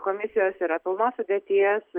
komisijos yra pilnos sudėties